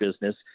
business